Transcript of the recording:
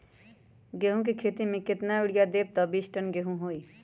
गेंहू क खेती म केतना यूरिया देब त बिस टन गेहूं होई?